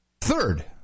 Third